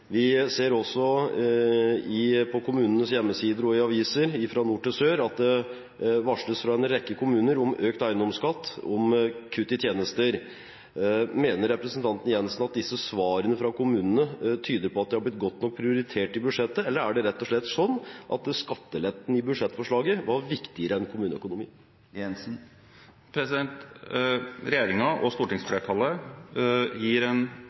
Vi ser også på kommunenes hjemmesider og i aviser fra nord til sør at en rekke kommuner varsler om økt eiendomsskatt og om kutt i tjenester. Mener representanten Jenssen at disse svarene fra kommunene tyder på at de er blitt godt nok prioritert i budsjettet, eller er det rett og slett sånn at skattelettene i budsjettforslaget var viktigere enn kommuneøkonomien? Regjeringen og stortingsflertallet gir en